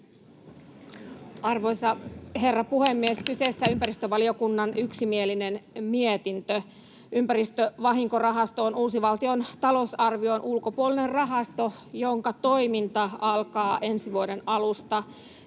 — Puhemies koputtaa] Kyseessä on ympäristövaliokunnan yksimielinen mietintö. Ympäristövahinkorahasto on uusi valtion talousarvion ulkopuolinen rahasto, jonka toiminta alkaa ensi vuoden alusta.